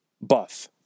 buff